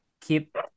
keep